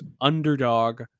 underdog